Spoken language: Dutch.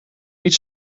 niet